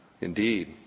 Indeed